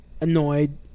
Annoyed